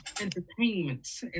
Entertainment